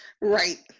Right